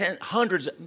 hundreds